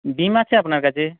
ডিম আছে আপনার কাছে